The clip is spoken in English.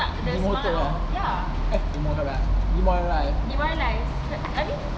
demoted hor eh demoralised